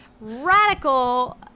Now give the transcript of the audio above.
radical